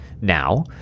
Now